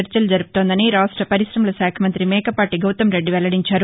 చర్చలు జరుపుతోందని రాష్ట పరిశమల శాఖ మంతి మేకపాలీ గౌతమ్ రెడ్డి వెల్లడించారు